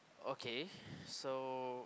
okay so